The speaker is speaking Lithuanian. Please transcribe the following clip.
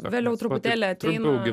vėliau truputėlį ateina